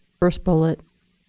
first bullet.